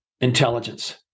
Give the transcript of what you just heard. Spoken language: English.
intelligence